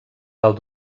dalt